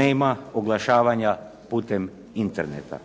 Nema oglašavanja putem Interneta.